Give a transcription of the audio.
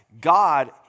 God